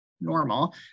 normal